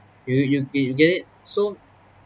you you you do you get it so